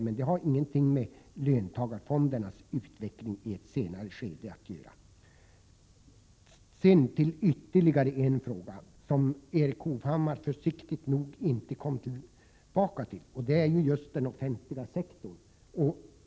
Men det har ingenting med löntagarfondernas utveckling i ett senare skede att göra. Jag vill ta upp ytterligare en fråga som Erik Hovhammar försiktigt nog inte kom tillbaka till. Det gäller den offentliga sektorn.